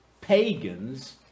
pagans